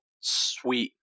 sweet